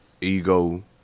ego